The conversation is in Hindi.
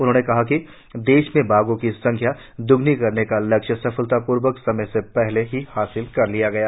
उन्होंने कहा कि देश में बाघों की संख्या दुगुनी करने का लक्ष्य सफलतापूर्वक समय से पहले ही हासिल कर लिया गया है